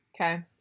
Okay